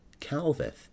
calveth